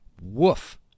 Woof